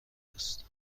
است